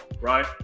right